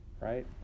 Right